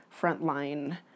frontline